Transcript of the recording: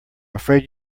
afraid